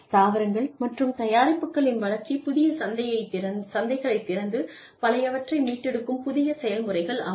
தாவரங்கள் மற்றும் தயாரிப்புகளின் வளர்ச்சி புதிய சந்தைகளைத் திறந்து பழையவற்றை மீட்டெடுக்கும் புதிய செயல்முறைகள் ஆகும்